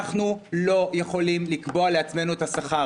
אנחנו לא יכולים לקבוע לעצמנו את השכר